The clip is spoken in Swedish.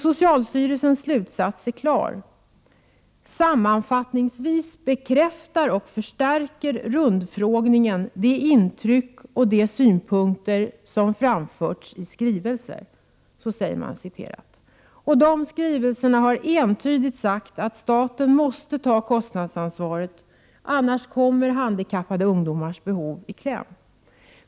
Socialstyrelsens slutsats är klar: ”Sammanfattningsvis bekräftar och förstärker rundfrågningen det intryck och de synpunkter som framförts i skrivelser.” I dessa skrivelser har man entydigt sagt att staten måste ta kostnadsansvaret; annars kommer handikappade ungdomars behov i kläm.